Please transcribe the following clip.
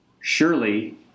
Surely